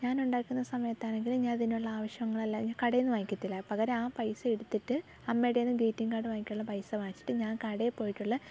ഞാനുണ്ടാക്കുന്ന സമയത്താണെങ്കിൽ ഞാൻ അതിനുള്ള ആവശ്യങ്ങളെല്ലാം കടയിൽനിന്ന് വാങ്ങിക്കത്തില്ല പകരം ആ പൈസ എടുത്തിട്ട് അമ്മയുടെ കയ്യിൽ നിന്ന് ഗ്രീറ്റിങ് കാർഡ് വാങ്ങിക്കാനുള്ള പൈസ വാങ്ങിച്ചിട്ട് ഞാൻ കടയിൽ പോയിട്ടുള്ള